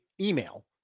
email